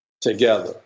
together